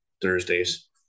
Thursdays